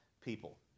people